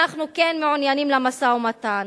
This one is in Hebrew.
אנחנו כן מעוניינים במשא-ומתן,